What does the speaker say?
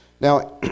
Now